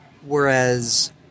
Whereas